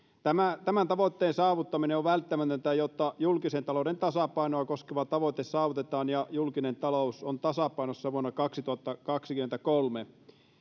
tämän tavoitteen saavuttaminen on välttämätöntä jotta julkisen talouden tasapainoa koskeva tavoite saavutetaan ja julkinen talous on tasapainossa vuonna kaksituhattakaksikymmentäkolme